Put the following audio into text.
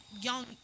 young